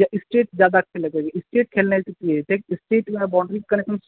जौं एस्केप जादा खेलै के यऽ एस्केप खेलैनाय सॅं की होइ छै एस्केप यानी बाउंड्री